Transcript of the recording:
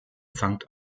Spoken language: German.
sankt